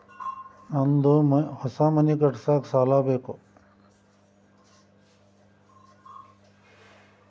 ನಂದು ಹೊಸ ಮನಿ ಕಟ್ಸಾಕ್ ಸಾಲ ಬೇಕು